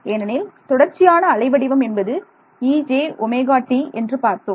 ஏனெனில் தொடர்ச்சியான அலை வடிவம் என்பது ejωt என்று பார்த்தோம்